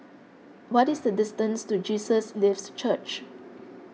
what is the distance to Jesus Lives Church